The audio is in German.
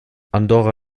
andorra